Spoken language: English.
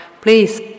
please